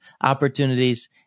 opportunities